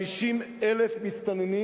50,000 מסתננים